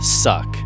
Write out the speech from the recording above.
suck